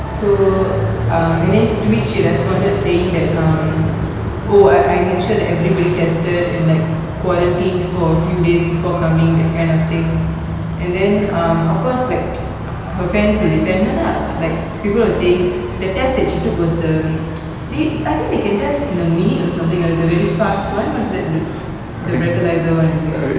so um I think to it she responded saying that um oh I I make sure that everybody tested and like quarantined for a few days before coming that kind of thing and then um of course like her fans will defend her lah but like people were saying the test that she took was the um li~ I think they can test in a minute or something it was the very fast one what is that the breathalyzer one is it